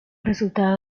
resultado